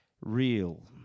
real